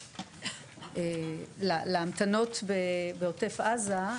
להמתנות בעוטף עזה.